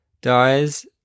dies